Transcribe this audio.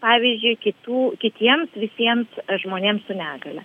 pavyzdžiui kitų kitiems visiems žmonėms su negalia